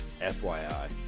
FYI